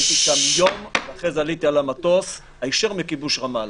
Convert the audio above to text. הייתי שם יום ועליתי למטוס הישר מכיבוש רמאללה.